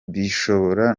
bishobora